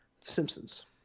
Simpsons